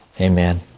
Amen